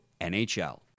NHL